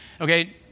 okay